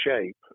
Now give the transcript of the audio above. shape